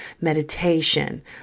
meditation